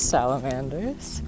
Salamanders